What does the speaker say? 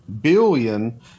billion